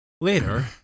Later